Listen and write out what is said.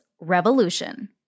revolution